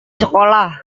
sekolah